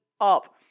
up